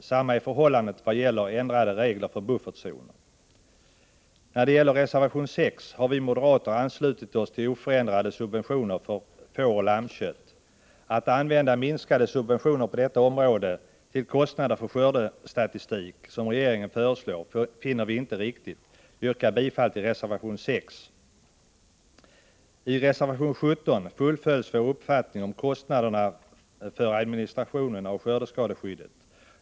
Detsamma är förhållandet vad gäller ändrade regler för buffertzoner. När det gäller reservation 6 har vi moderater anslutit oss till oförändrade subventioner på fåroch lammkött. Att använda minskade subventioner på detta område till kostnader för skördestatistik, vilket regeringen föreslår, finner vi inte riktigt. Jag yrkar bifall till reservation 6. I reservation 17 fullföljs vår uppfattning om kostnaderna för administra tion av skördeskadeskyddet.